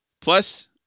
Plus